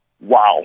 wow